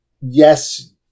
yes